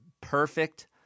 perfect